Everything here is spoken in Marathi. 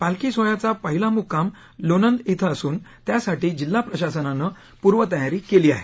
पालखी सोहळ्याचा पहिला मुक्काम लोणंद इथं असून त्यासाठी जिल्हा प्रशासनानं पूर्वतयारी केली आहे